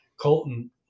Colton